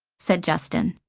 said justin.